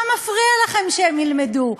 מה מפריע לכם שהם ילמדו?